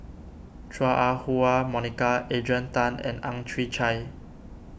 Chua Ah Huwa Monica Adrian Tan and Ang Chwee Chai